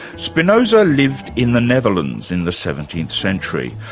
spinoza lived in the netherlands in the seventeenth century.